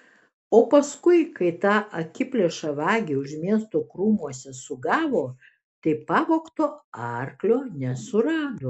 o paskui kai tą akiplėšą vagį už miesto krūmuose sugavo tai pavogto arklio nesurado